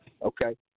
Okay